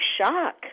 shock